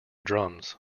drums